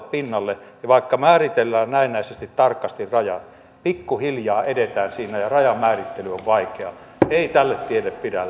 pinnalle ja vaikka määritellään näennäisesti tarkasti raja pikkuhiljaa edetään siinä ja rajan määrittely on vaikeaa ei tälle tielle pidä